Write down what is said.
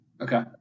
Okay